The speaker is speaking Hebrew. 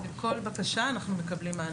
על כל בקשה אנחנו מקבלים מענה.